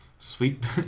Sweet